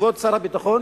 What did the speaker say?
כבוד שר הביטחון,